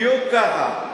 בדיוק כך.